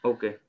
Okay